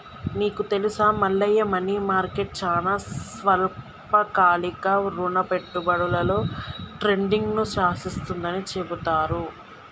నీకు తెలుసా Mallayya money market చానా స్వల్పకాలిక రుణ పెట్టుబడులలో ట్రేడింగ్ను శాసిస్తుందని చెబుతారు